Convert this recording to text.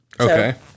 Okay